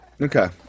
Okay